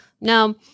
Now